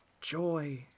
joy